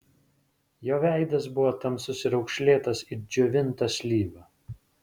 jo veidas buvo tamsus ir raukšlėtas it džiovinta slyva